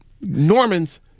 Norman's